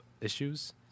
issues